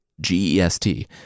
G-E-S-T